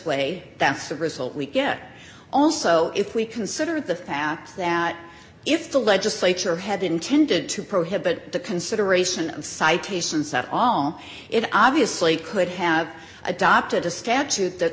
way that's the result we get also if we consider the fact that if the legislature had intended to prohibit the consideration of citations at all it obviously could have adopted a statute that